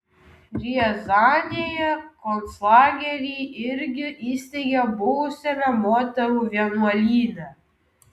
riazanėje konclagerį irgi įsteigė buvusiame moterų vienuolyne